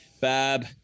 Bab